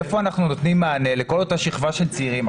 איפה אנחנו נותנים מענה לכל אותה שכבה של צעירים?